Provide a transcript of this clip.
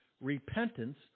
repentance